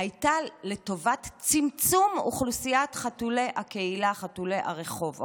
הייתה לטובת צמצום חתולי הקהילה, חתולי הרחוב.